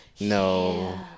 no